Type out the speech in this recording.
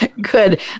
Good